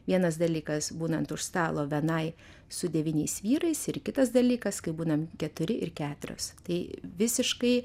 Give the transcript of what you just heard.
vienas dalykas būnant už stalo vienai su devyniais vyrais ir kitas dalykas kai būnam keturi ir keturios tai visiškai